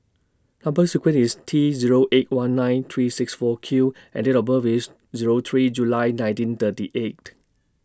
Number sequence IS T Zero eight one nine three six four Q and Date of birth IS Zero three July nineteen thirty eight